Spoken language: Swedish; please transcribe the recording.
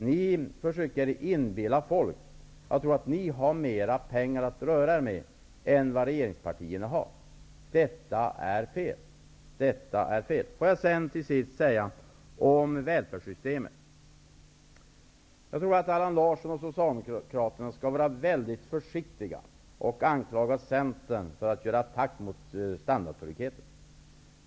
Ni försöker inbilla folk att ni har mera pengar att röra er med än vad regeringspartierna har. Detta är fel. Avslutningsvis vill jag ta upp välfärdssystemet. Jag tror att Allan Larsson och Socialdemokraterna skall vara mycket försiktiga med att anklaga Centern för att göra en attack mot standardtryggheten.